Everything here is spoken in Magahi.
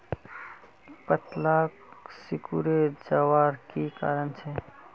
पत्ताला सिकुरे जवार की कारण छे?